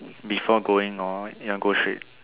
before going lor or you want go straight